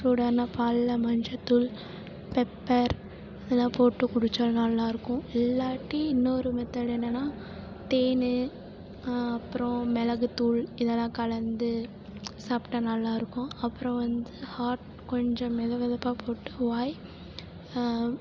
சூடான பாலில் மஞ்சத்தூள் பெப்பர் இதெல்லாம் போட்டு குடிச்சா நல்லாயிருக்கும் இல்லாட்டி இன்னொரு மெத்தட் என்னென்னா தேன் அப்புறம் மிளகுத்தூள் இதெல்லாம் கலந்து சாப்பிட்டா நல்லாயிருக்கும் அப்புறம் வந்து ஹாட் கொஞ்சம் வெதுவெதுப்பாக போட்டு வாய்